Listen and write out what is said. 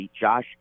Josh